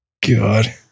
God